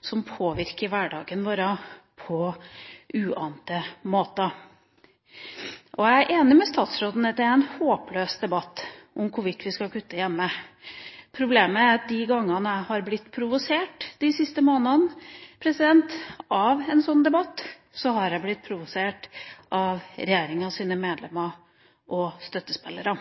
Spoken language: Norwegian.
som påvirker hverdagen vår på uante måter? Jeg er enig med statsråden i at det er en håpløs debatt, den om hvorvidt vi skal kutte hjemme. Problemet er at de gangene jeg er blitt provosert de siste månedene av en sånn debatt, har jeg blitt provosert av regjeringas medlemmer og støttespillere.